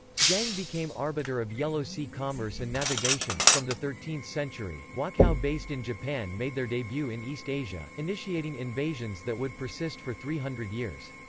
jang became arbiter of yellow sea commerce and navigation from the thirteenth century, wokou based in japan made their debut in east asia, initiating invasions that would persist for three hundred years.